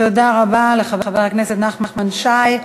תודה רבה לחבר הכנסת נחמן שי.